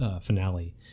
finale